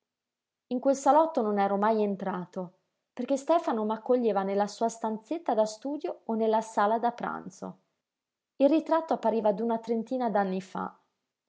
in quel salotto non ero mai entrato perché stefano m'accoglieva nella sua stanzetta da studio o nella sala da pranzo il ritratto appariva d'una trentina d'anni fa